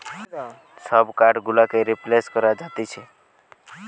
সব কার্ড গুলোকেই রিপ্লেস করা যাতিছে